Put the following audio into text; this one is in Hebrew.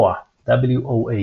WOA